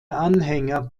anhänger